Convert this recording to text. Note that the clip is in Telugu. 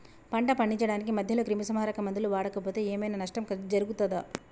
పంట పండించడానికి మధ్యలో క్రిమిసంహరక మందులు వాడకపోతే ఏం ఐనా నష్టం జరుగుతదా?